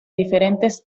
diferentes